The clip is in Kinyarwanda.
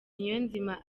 niyonzima